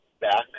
back